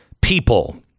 people